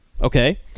Okay